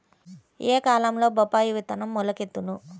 ఏ కాలంలో బొప్పాయి విత్తనం మొలకెత్తును?